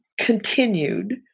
continued